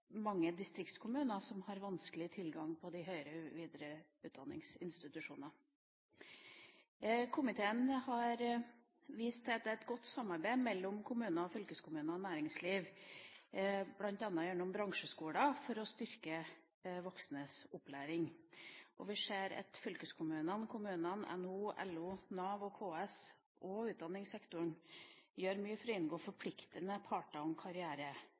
mange distriktskommuner som har vanskelig tilgang til de høyere videreutdanningsinstitusjonene. Komiteen har vist til at det er et godt samarbeid mellom kommuner, fylkeskommuner og næringsliv, bl.a. gjennom bransjeskoler, for å styrke voksnes opplæring. Vi ser at fylkeskommunene, kommunene, NHO, LO, Nav, KS og utdanningssektoren gjør mye for å inngå forpliktende